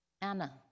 anna